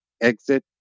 exit